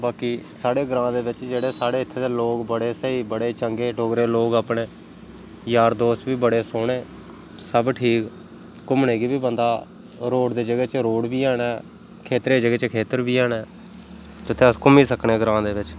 बाकी साढ़े ग्रांऽ दे बिच्च जेह्ड़े साढ़े इत्थें दे लोक बड़े स्हेई बड़े चंगे डोगरे लोक अपने यार दोस्त बी बड़े सोह्ने सब ठीक घूमने गी बी बंदा रोड दी जगह च रोड बी हैन खेत्तर जगह च खेत्तर बी हैन जित्थें अस घूमी सकने ग्रांऽ दे बिच्च